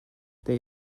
they